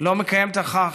לא מקיימת בכך,